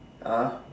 ah